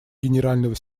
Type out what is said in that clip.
генерального